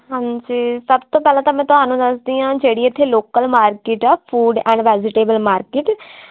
ਹਾਂਜੀ ਸਭ ਤੋਂ ਪਹਿਲਾਂ ਤਾਂ ਮੈਂ ਤੁਹਾਨੂੰ ਦੱਸਦੀ ਹਾਂ ਜਿਹੜੀ ਇਥੇ ਲੋਕਲ ਮਾਰਕੀਟ ਆ ਫੂਡ ਐਂਡ ਵੈਜੀਟੇਬਲ ਮਾਰਕੀਟ